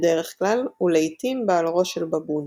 בדרך כלל, ולעיתים בעל ראש של בבון.